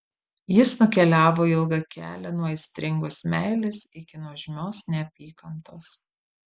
jis nukeliavo ilgą kelią nuo aistringos meilės iki nuožmios neapykantos